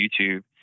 YouTube